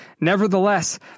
Nevertheless